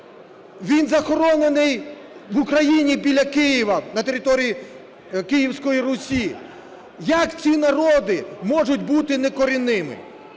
він захоронений в Україні біля Києва, на території Київської Русі. Як ці народи можуть бути не корінними?